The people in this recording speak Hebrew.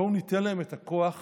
בואו ניתן להם את הכוח